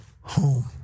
home